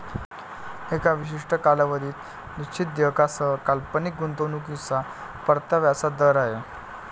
एका विशिष्ट कालावधीत निश्चित देयकासह काल्पनिक गुंतवणूकीच्या परताव्याचा दर आहे